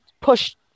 push